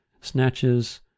snatches